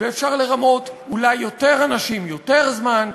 ואפשר לרמות אולי יותר אנשים יותר זמן,